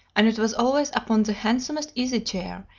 and it was always upon the handsomest easy-chair,